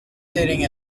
sitting